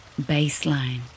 baseline